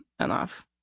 enough